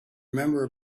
remember